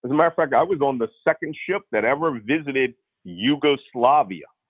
as a matter of fact, i was on the second ship that ever visited yugoslavia,